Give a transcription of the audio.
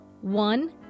one